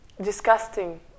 Disgusting